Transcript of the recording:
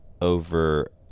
over